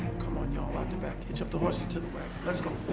come on. ah out the back. hitch up the horses to the back. go.